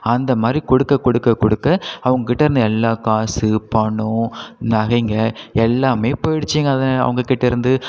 அந்த மாரி கொடுக்க கொடுக்க அவங்க கிட்டருந்த எல்லா காசு பணம் நகைங்கள் எல்லாமே போயிடுச்சிங்க அவே அவங்ககிட்டேருந்து